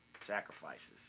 sacrifices